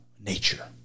nature